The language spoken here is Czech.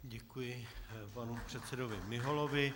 Děkuji panu předsedovi Miholovi.